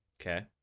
Okay